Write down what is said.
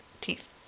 teeth